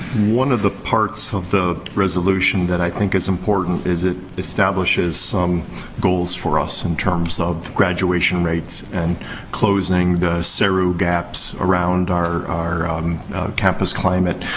one of the parts of the resolution that i think is important is it establishes some goals for us in terms of graduation rates and closing the seru gaps around our our campus climate.